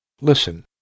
Listen